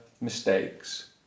mistakes